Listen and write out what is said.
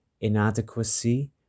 inadequacy